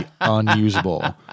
unusable